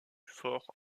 fort